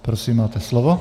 Prosím, máte slovo.